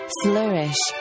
flourish